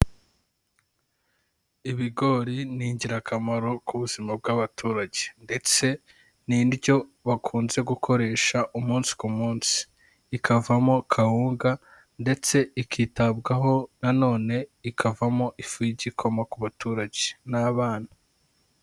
Ibigori ni ingirakamaro ku buzima bw'abaturage ndetse ni indyo bakunze gukoresha umunsi ku munsi, ikavamo kawunga ndetse ikitabwaho na none ikavamo ifu y'igikoma ku baturage n'abana.